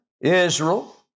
Israel